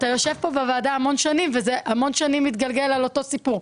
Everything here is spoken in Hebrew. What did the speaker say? אתה יושב פה בוועדה המון שנים וזה המון שנים מתגלגל על אותו סיפור.